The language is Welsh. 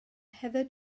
heather